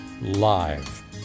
live